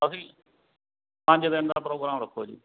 ਅਸੀਂ ਪੰਜ ਦਿਨ ਦਾ ਪ੍ਰੋਗਰਾਮ ਰੱਖੋ ਜੀ